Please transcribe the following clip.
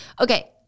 Okay